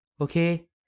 Okay